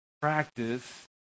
Practice